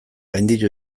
gainditu